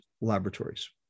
laboratories